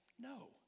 No